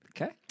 Okay